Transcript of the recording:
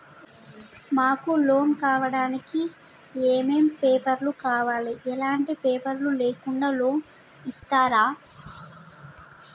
మాకు లోన్ కావడానికి ఏమేం పేపర్లు కావాలి ఎలాంటి పేపర్లు లేకుండా లోన్ ఇస్తరా?